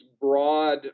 broad